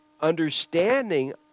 understanding